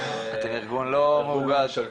אנחנו ארגון לא ממשלתי.